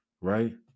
right